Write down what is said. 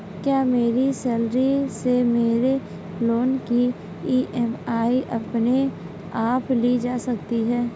क्या मेरी सैलरी से मेरे लोंन की ई.एम.आई अपने आप ली जा सकती है?